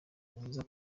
mwiza